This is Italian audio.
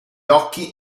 occhi